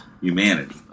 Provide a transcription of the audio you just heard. humanity